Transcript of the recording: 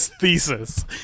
thesis